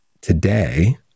today